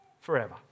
forever